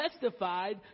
testified